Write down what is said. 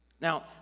Now